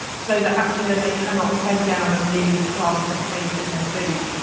so that actually then they cannot bend down and merely plant their face in their food.